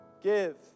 give